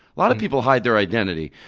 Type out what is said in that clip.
a lot of people hide their identity.